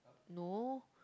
no